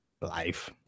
life